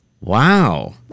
Wow